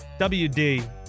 WD